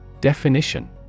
Definition